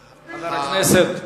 הכנסת,